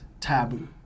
taboo